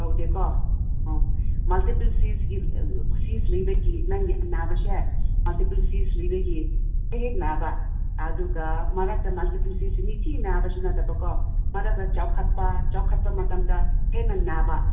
ꯇꯧꯗꯦ ꯀꯣ ꯑꯥ ꯃꯜꯇꯤꯄꯜ ꯁꯤꯁꯀꯤ ꯁꯤꯁ ꯂꯩꯕꯒꯤ ꯅꯪꯒꯤ ꯑꯅꯥꯕꯁꯦ ꯃꯜꯇꯤꯄꯜ ꯁꯤꯁ ꯂꯩꯕꯒꯤ ꯍꯦꯛ ꯍꯦꯛ ꯅꯥꯕ ꯑꯗꯨꯒ ꯃꯔꯛꯇ ꯃꯜꯇꯤꯄꯜ ꯁꯤꯁꯀꯤ ꯅꯨꯡꯇꯤ ꯅꯥꯕꯁꯨ ꯅꯠꯇꯕꯀꯣ ꯃꯔꯛꯇ ꯆꯥꯎꯈꯠꯄ ꯆꯥꯎꯈꯠꯄ ꯃꯇꯝꯗ ꯍꯦꯟꯅ ꯅꯥꯕ